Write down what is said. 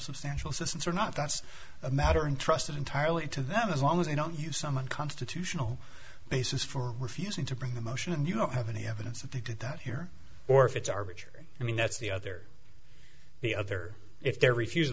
substantial assistance or not that's a matter untrusted entirely to them as long as you know you some a constitutional basis for refusing to bring the motion and you don't have any evidence that they did that here or if it's arbitrary i mean that's the other the other if there refused